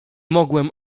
mogłem